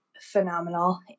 phenomenal